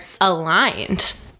aligned